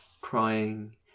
crying